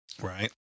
Right